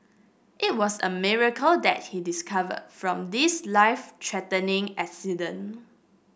it was a miracle that he discover from this life threatening accident